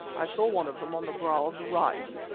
i saw one of them on the brow of the rise.